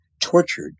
tortured